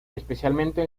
especialmente